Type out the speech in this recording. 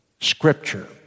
Scripture